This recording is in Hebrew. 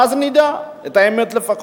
ואז לפחות נדע את האמת.